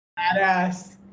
Badass